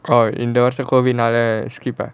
oh in the வருஷம்:varusham COVID நாலா:naalaa skip